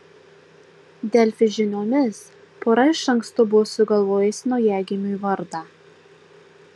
delfi žiniomis pora iš anksto buvo sugalvojusi naujagimiui vardą